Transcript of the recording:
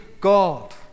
God